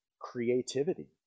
creativity